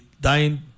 dying